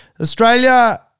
Australia